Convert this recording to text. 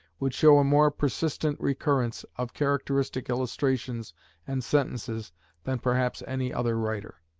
would show a more persistent recurrence of characteristic illustrations and sentences than perhaps any other writer.